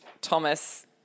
Thomas